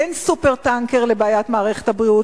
אין "סופר-טנקר" לבעיית מערכת הבריאות,